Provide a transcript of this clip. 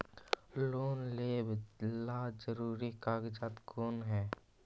Loan लेब ला जरूरी कागजात कोन है?